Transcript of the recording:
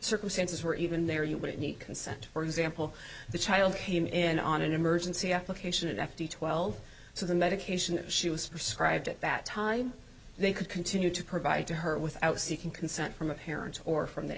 circumstances where even there you would need consent for example the child came in on an emergency application and f d twelve so the medication she was prescribed at that time they could continue to provide to her without seeking consent from a parent or from the